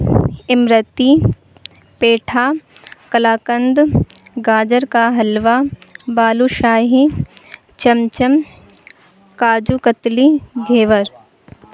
عمرتی پیٹھا کلاکند گاجر کا حلوہ بالو شاہی چمچم کاجو کتلی گھیور